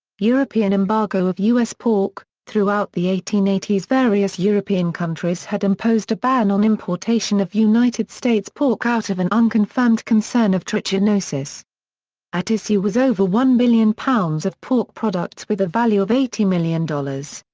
european embargo of u s. pork throughout the eighteen eighty s various european countries had imposed a ban on importation of united states pork out of an unconfirmed concern of trichinosis at issue was over one billion pounds of pork products with a value of eighty million dollars.